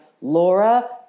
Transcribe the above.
Laura